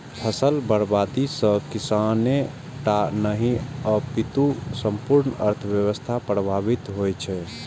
फसल बर्बादी सं किसाने टा नहि, अपितु संपूर्ण अर्थव्यवस्था प्रभावित होइ छै